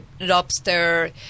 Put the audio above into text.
lobster